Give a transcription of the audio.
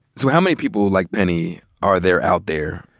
so how many people like penny are there out there?